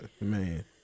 man